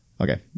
Okay